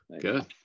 Good